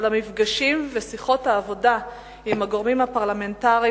אבל המפגשים ושיחות העבודה עם הגורמים הפרלמנטריים